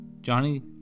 Johnny